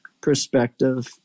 perspective